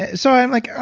ah so i'm like, ah,